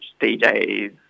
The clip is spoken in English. DJs